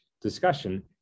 discussion